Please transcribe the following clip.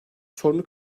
sorunu